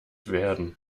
werden